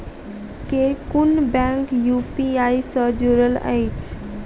केँ कुन bank UPI सँ जुड़ल अछि?